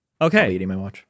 Okay